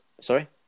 Sorry